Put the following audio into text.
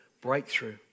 breakthrough